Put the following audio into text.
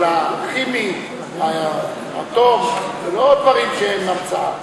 אבל הכימי, האטום, זה לא דברים שהם המצאה.